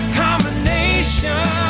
combination